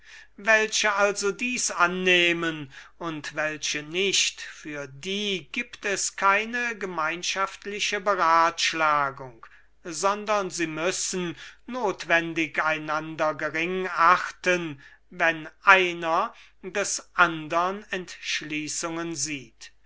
welche also dies annehmen und welche nicht für die gibt es keine gemeinschaftliche beratschlagung sondern sie müssen notwendig einander gering achten wenn einer des andern entschließungen sieht